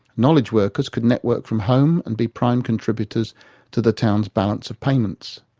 knowledge workers could network from home, and be prime contributors to the town's balance of payments.